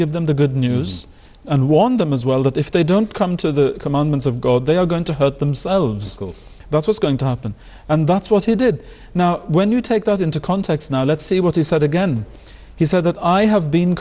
give them the good news and want them as well that if they don't come to the commandments of god they are going to hurt themselves that's what's going to happen and that's what he did now when you take that into context now let's see what he said again he said that i have been